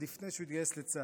עוד לפני שהוא התגייס לצה"ל.